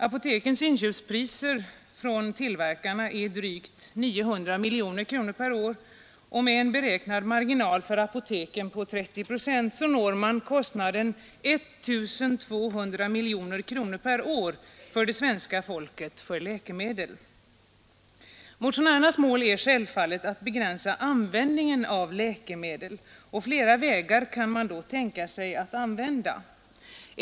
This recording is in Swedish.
Apotekens inköpspriser från tillverkarna är drygt 900 miljoner kronor per år, och med en beräknad marginal för apoteken på 30 procent når man kostnaden 1 200 miljoner kronor per år för det svenska folket för läkemedel. Motionärernas mål är självfallet att begränsa användningen av läkemedel. Flera vägar är möjliga att använda.